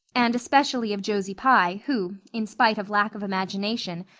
and especially of josie pye, who, in spite of lack of imagination,